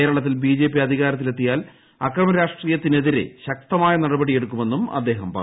കേരളത്തിൽ ബിജെപി അധികാരത്തിൽ എത്തിയാൽ അക്രമരാഷ്ട്രീയത്തിനെതിരെ ശക്തമായ നടപടി എടുക്കുമെന്നും അദ്ദേഹം പറഞ്ഞു